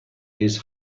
his